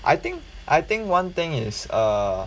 I think I think one thing is err